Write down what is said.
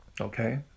Okay